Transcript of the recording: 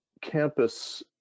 campus